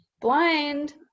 blind